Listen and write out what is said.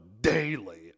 daily